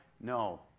No